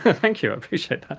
ah thank you, i appreciate that.